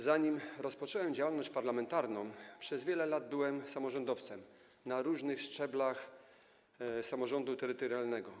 Zanim rozpocząłem działalność parlamentarną, przez wiele lat byłem samorządowcem na różnych szczeblach samorządu terytorialnego.